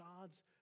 God's